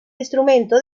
instrumento